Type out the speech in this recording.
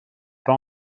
pas